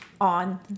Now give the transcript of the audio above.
On